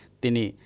tini